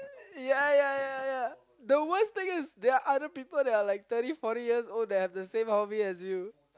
ya ya ya ya the worst thing is there are other people that are like thirty forty years old that have the same hobby as you